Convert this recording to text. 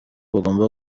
bagomba